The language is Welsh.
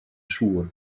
siŵr